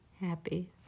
Happy